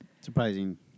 surprising